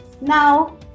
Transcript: now